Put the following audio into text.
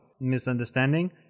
misunderstanding